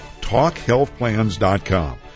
TalkHealthPlans.com